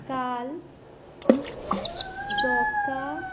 काल झोका